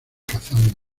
kazán